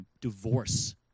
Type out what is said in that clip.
divorce